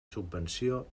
subvenció